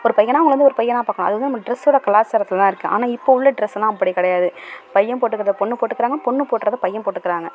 ஒரு பையனாக அவங்கள வந்து ஒரு பையனாக பார்க்கணும் அதுதான் நம்ம ட்ரஸ்ஸோட கலாச்சாரத்தில் தான் இருக்கு ஆனால் இப்போது உள்ள ட்ரெஸ்லாம் அப்படி கிடையாது பையன் போட்டுருக்கிறத பொண்ணு போட்டுக்கிறாங்க பொண்ணு போடுகிறத பையன் போட்டுக்கிறாங்க